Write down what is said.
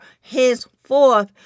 henceforth